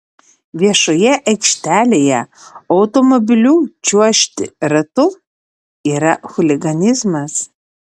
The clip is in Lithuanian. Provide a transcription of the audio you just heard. viešoje aikštelėje automobiliu čiuožti ratu yra chuliganizmas